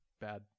bad